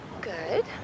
Good